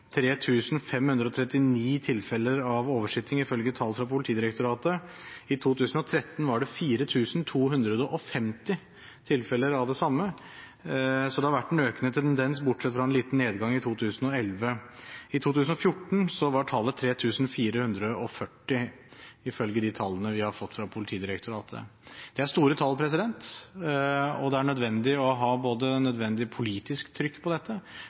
539 tilfeller av oversitting, ifølge tall fra Politidirektoratet. I 2013 var det 4 250 tilfeller av det samme. Så det har vært en økende tendens bortsett fra en liten nedgang i 2011. I 2014 var tallet 3 440, ifølge de tallene vi har fått fra Politidirektoratet. Det er store tall, og det er nødvendig å ha nødvendig politisk trykk på dette,